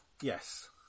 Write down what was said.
Yes